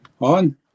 on